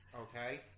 okay